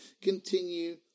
continue